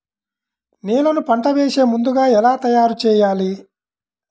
నేలను పంట వేసే ముందుగా ఎలా తయారుచేయాలి?